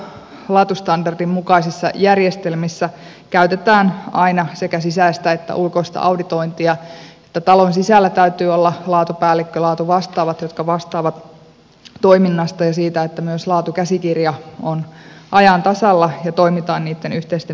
iso laatustandardin mukaisissa järjestelmissä käytetään aina sekä sisäistä että ulkoista auditointia eli talon sisällä täytyy olla laatupäällikkö laatuvastaavat jotka vastaavat toiminnasta ja siitä että myös laatukäsikirja on ajan tasalla ja toimitaan niitten yhteisten pelisääntöjen mukaisesti